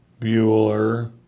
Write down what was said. Bueller